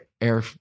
air